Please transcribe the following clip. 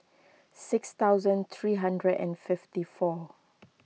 six thousand three hundred and fifty four